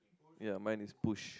ya mine is push